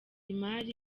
imari